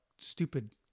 stupid